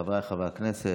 חבריי חברי הכנסת,